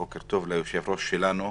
בוקר טוב ליושב-ראש שלנו,